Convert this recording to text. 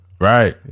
Right